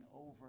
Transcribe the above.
over